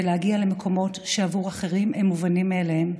להגיע למקומות שעבור אחרים הם מובנים מאליהם,